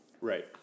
Right